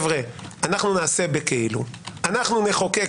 מתי אפשר לפגוע בהן?